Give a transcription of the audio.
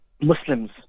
Muslims